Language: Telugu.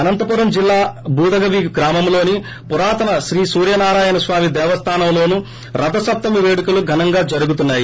అనంతపురం జిల్లా బూదగవి గ్రామంలోని పురాతన శ్రీ సూర్యనారాయణ స్వామి దేవస్తానం లోను రథసప్తమి వేదుకలు ఘనంగా జరుగుతున్నాయి